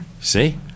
See